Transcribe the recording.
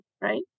Right